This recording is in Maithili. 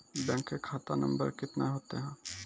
बैंक का खाता नम्बर कितने होते हैं?